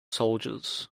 soldiers